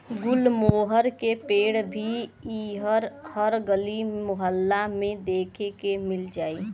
गुलमोहर के पेड़ भी इहा हर गली मोहल्ला में देखे के मिल जाई